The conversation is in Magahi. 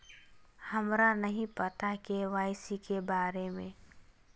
हमरा नहीं पता के.वाई.सी के बारे में?